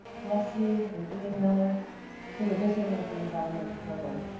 bless you and ian miller for your vision of the environmental forum,